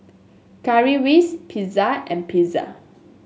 Currywurst Pizza and Pizza